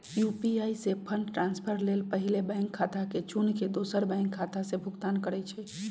UPI से fund transfer लेल पहिले बैंक खता के चुन के दोसर बैंक खता से भुगतान करइ छइ